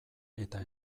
eta